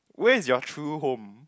where is your true home